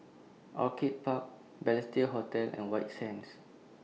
Orchid Park Balestier Hotel and White Sands